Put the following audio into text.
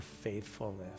faithfulness